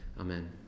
Amen